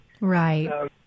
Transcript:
Right